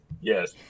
Yes